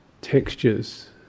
textures